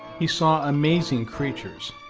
he saw amazing creatures.